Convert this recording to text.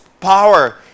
power